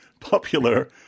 popular